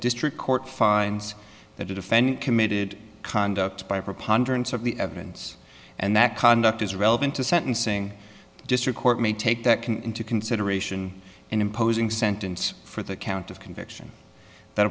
district court finds that a defendant committed conduct by a preponderance of the evidence and that conduct is relevant to sentencing district court may take that can into consideration in imposing sentence for the count of conviction that